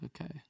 Okay